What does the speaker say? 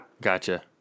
Gotcha